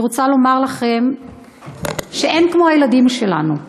אני רוצה לומר לכם שאין כמו הילדים שלנו.